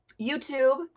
YouTube